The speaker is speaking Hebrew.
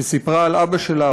שסיפרה על אבא שלה,